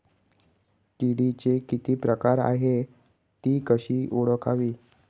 किडीचे किती प्रकार आहेत? ति कशी ओळखावी?